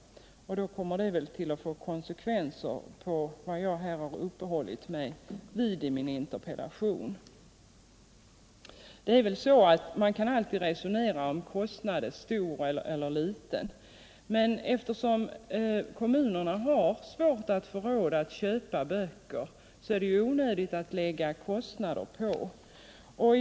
Då kommer väl det att få konsekvenser för vad jag uppehållit mig vid i min interpellation. Man kan alltid resonera om huruvida en kostnad är stor eller liten, men eftersom kommunerna har svårt att få råd att köpa böcker är det onödigt att lägga på onödiga kostnader.